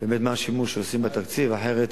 מעקב מה השימוש שעושים בתקציב, אחרת